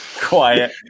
quiet